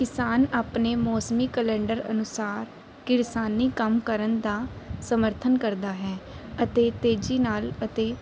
ਕਿਸਾਨ ਆਪਣੇ ਮੌਸਮੀ ਕੈਲੰਡਰ ਅਨੁਸਾਰ ਕਿਰਸਾਨੀ ਕੰਮ ਕਰਨ ਦਾ ਸਮਰਥਨ ਕਰਦਾ ਹੈ ਅਤੇ ਤੇਜ਼ੀ ਨਾਲ ਅਤੇ